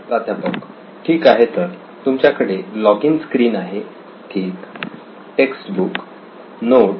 प्राध्यापक ठीक आहे तर तुमच्याकडे लॉगिन स्क्रीन आहे ठीक टेक्स बुक नोट्स